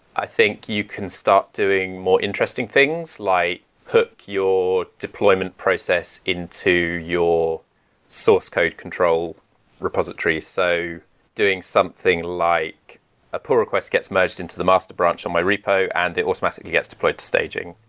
i think you can start doing more interesting things like cook your deployment process into your source code control repository, so doing something like a poll request gets merged into the master branch in my rep and it automatically gets deployed to staging,